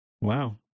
Wow